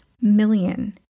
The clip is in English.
million